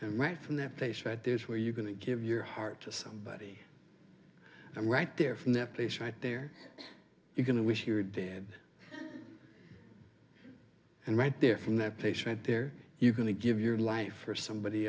and right from that place right there is where you're going to give your heart to somebody i'm right there from that place right there you going to wish you were dead and right there from that patient there you're going to give your life for somebody